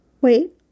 Wait